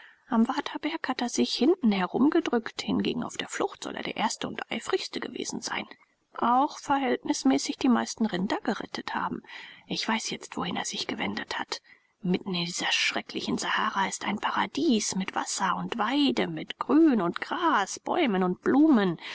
am waterberg hat er sich hinten herumgedrückt hingegen auf der flucht soll er der erste und eifrigste gewesen sein auch verhältnismäßig die meisten rinder gerettet haben ich weiß jetzt wohin er sich gewendet hat mitten in dieser schrecklichen sahara ist ein paradies mit wasser und weide mit grün und gras bäumen und blumen